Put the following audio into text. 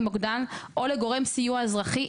למוקדן או לגורם סיוע אזרחי,